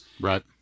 right